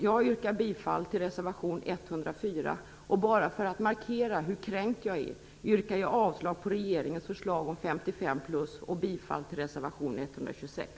Jag yrkar bifall till reservation 104, och bara för att markera hur kränkt jag är yrkar jag avslag på regeringens förslag om 55+ och bifall till reservation 126.